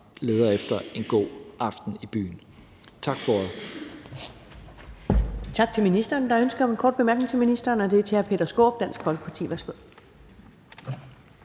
leder efter en god aften i byen. Tak for